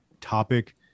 topic